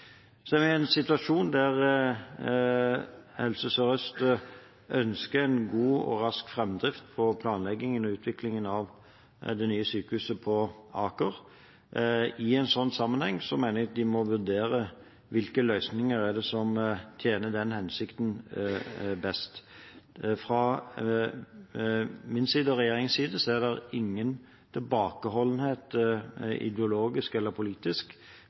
Så er vi i en situasjon der Helse Sør-Øst ønsker en god og rask framdrift på planleggingen og utviklingen av det nye sykehuset på Aker. I en slik sammenheng mener jeg at de må vurdere hvilke løsninger som tjener den hensikten best. Fra min og regjeringens side er det ingen tilbakeholdenhet ideologisk eller politisk